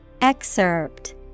Excerpt